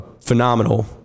phenomenal